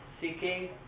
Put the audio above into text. seeking